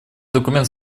документ